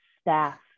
staff